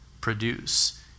produce